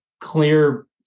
clear